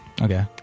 Okay